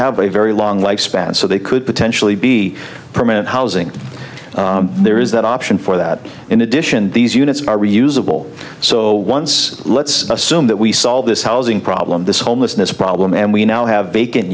have a very long life span so they could potentially be permanent housing there is that option for that in addition these units are reusable so once let's assume that we solve this housing problem this homelessness problem and we now have bac